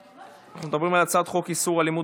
אנחנו מדברים על הצעת חוק איסור אלימות